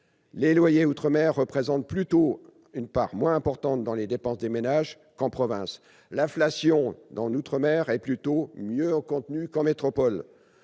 les loyers outre-mer représentent plutôt une part moins importante dans les dépenses des ménages qu'en province, et l'inflation y a été plus contenue qu'en métropole.